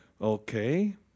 Okay